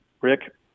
Rick